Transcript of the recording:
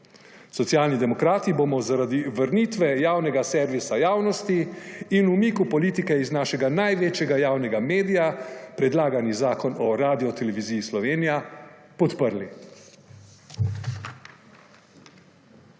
Socialni demokrati bomo zaradi vrnitve javnega servisa javnosti in umiku politike iz našega največjega javnega medija predlagani zakon o Radioteleviziji Slovenija podprli.